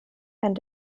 and